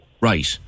Right